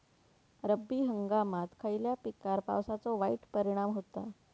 रब्बी हंगामात खयल्या पिकार पावसाचो वाईट परिणाम होता?